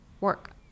work